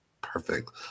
perfect